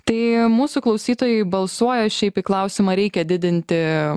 tai mūsų klausytojai balsuoja šiaip į klausimą ar reikia didinti